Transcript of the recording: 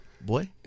Boy